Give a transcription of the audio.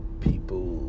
people